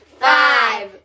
five